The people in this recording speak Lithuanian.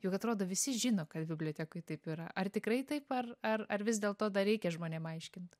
juk atrodo visi žino kad bibliotekoj taip yra ar tikrai taip ar ar ar vis dėl to dar reikia žmonėm aiškint